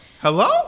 hello